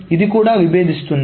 ఇది కూడా విభేదిస్తుంది